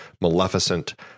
Maleficent